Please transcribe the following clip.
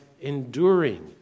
enduring